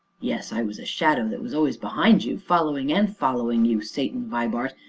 yes, i was a shadow that was always behind you following and following you, satan vibart,